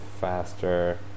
faster